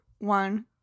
One